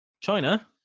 China